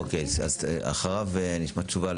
תודה.